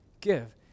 give